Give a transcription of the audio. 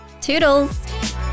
Toodles